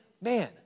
man